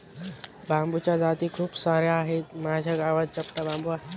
बांबूच्या जाती खूप सार्या आहेत, माझ्या गावात चपटा बांबू आहे